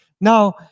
Now